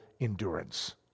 endurance